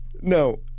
No